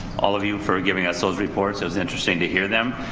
all of you, for giving us those reports. it was interesting to hear them.